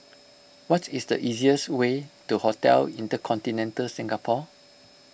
what is the easiest way to Hotel Intercontinental Singapore